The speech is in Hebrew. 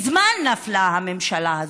מזמן נפלה הממשלה הזאת.